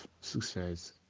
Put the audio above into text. success